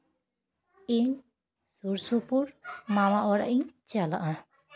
ᱤᱧ ᱥᱩᱨ ᱥᱩᱯᱩᱨ ᱢᱟᱢᱟ ᱚᱲᱟᱜ ᱤᱧ ᱪᱟᱞᱟᱜᱼᱟ